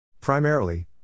Primarily